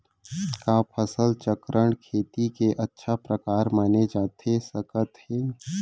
का फसल चक्रण, खेती के अच्छा प्रकार माने जाथे सकत हे?